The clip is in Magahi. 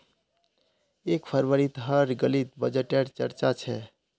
एक फरवरीत हर गलीत बजटे र चर्चा छ